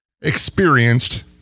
experienced